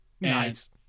Nice